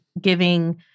giving